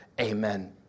amen